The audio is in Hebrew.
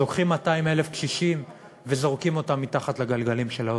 אז לוקחים 200,000 קשישים וזורקים אותם מתחת לגלגלים של האוטובוס.